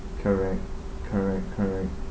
correct correct correct